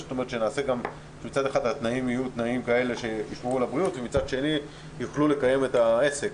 כדי שמצד אחד התנאים ישמרו על הבריאות ומצד שני יוכלו לקיים את העסק.